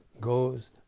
Goes